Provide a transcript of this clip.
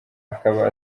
akaba